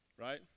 right